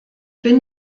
bin